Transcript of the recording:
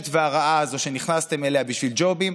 נתקבלה.